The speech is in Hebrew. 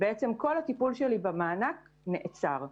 כל הטיפול במענק נעצר.